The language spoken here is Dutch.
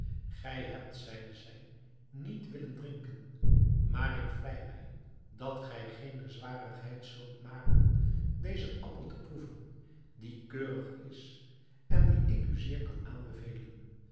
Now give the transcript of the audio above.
gij hebt zeide zij niet willen drinken maar ik vlei mij dat gij geene zwarigheid zult maken dezen appel te proeven die keurig is en dien ik u zeer kan aanbevelen